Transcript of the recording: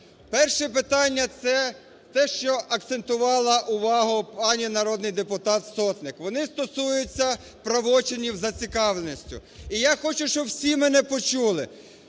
Перше питання, це те, що акцентувала увагу пані народний депутат Сотник. Вони стосуються правочинів із зацікавленістю. І я хочу, щоб усі мене почули: